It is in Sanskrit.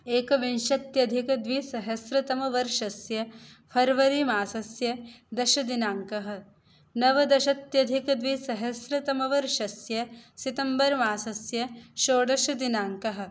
एकविंशत्यधिकद्विसहस्रतमवर्षस्य फर्वरि मासस्य दशमदिनाङ्कः नवदशाधिकद्विसहस्रतमवर्षस्य सितम्बर् मासस्य षोडशदिनाङ्कः